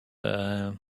eee